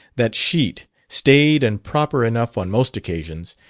that sheet, staid and proper enough on most occasions,